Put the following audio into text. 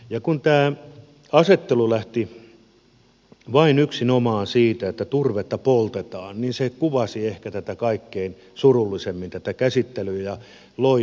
ja kun tämä asettelu lähti vain yksinomaan siitä että turvetta poltetaan niin se kuvasi ehkä tätä käsittelyä kaikkein surullisimmin ja loi tarpeettoman vastakkainasettelun